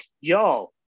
y'all